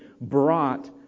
brought